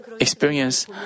experience